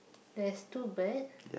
there's two bird